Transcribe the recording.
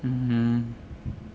mmhmm